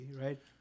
right